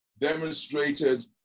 demonstrated